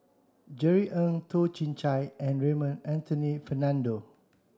Jerry Ng Toh Chin Chye and Raymond Anthony Fernando